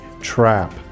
trap